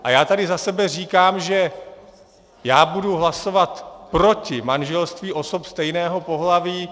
A já tady za sebe říkám, že já budu hlasovat proti manželství osob stejného pohlaví.